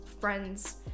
friends